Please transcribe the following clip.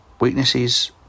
Weaknesses